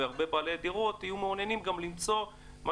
והרבה בעלי דירות יהיו מעוניינים גם למצוא מה